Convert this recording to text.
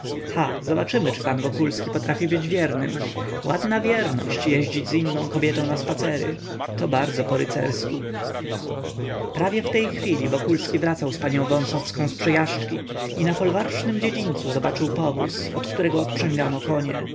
ha zobaczymy czy pan wokulski potrafi być wiernym ładna wierność jeździć z inną kobietą na spacery to bardzo porycersku prawie w tej chwili wokulski wracał z panią wąsowską z przejażdżki i na folwarcznym dziedzińcu zobaczył powóz od którego odprzęgano konie